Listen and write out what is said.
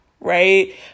right